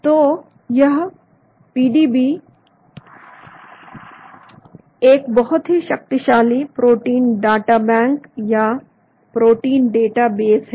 तो यह पीडीबी एक बहुत ही शक्तिशाली प्रोटीन डाटा बैंक या एक प्रोटीन डेटाबेस है